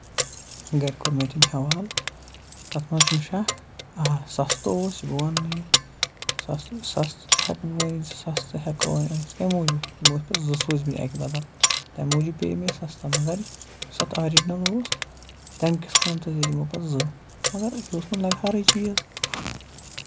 گرِ کوٚر تٔمۍ مےٚ یہِ حولہٕ تَتھ منٛز چھُ نہٕ شَکھ آ سَستہٕ اوس یہِ بہٕ وَننہٕ یہِ سَستہٕ سَستہٕ ہٮ۪کو أنِتھ کَمہِ موٗجوٗب یِم ٲسیو تۄہہِ زٕ سوٗزمٕتۍ اَکہِ بدل تَمہِ موٗجوٗب پیٚیہِ مےٚ سَستہٕ مَگر یُس اَتھ اورِجنل اوس تَمہِ کِس قٕمتَس دِتۍ پَتہٕ یِمو زٕ مَگر یہِ اوس نہٕ لَگہٕ ہَرٕے چیٖز